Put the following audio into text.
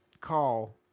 call